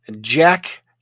Jack